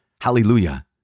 hallelujah